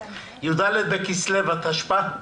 י"ד בכסלו התשפ"א.